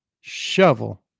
shovel